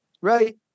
right